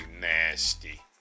nasty